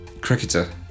Cricketer